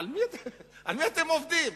על מי אתם עובדים?